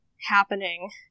happening